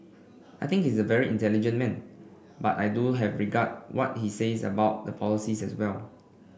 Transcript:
I think is a very intelligent man but I do have regard what he says about the polices as well